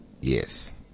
Yes